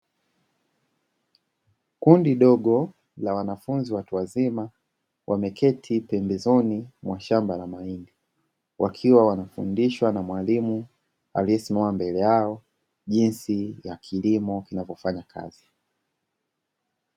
Kundi dogo la wanafunzi watu wazima wameketi pembezoni mwa shamba la mahindi, wakiwa wanafundishwa na mwalimu aliyesimama mbele yao jinsi ya kilimo kinavyofanya kazi.